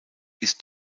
ist